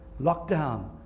lockdown